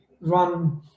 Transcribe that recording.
run